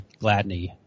Gladney